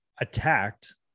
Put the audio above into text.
attacked